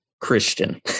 Christian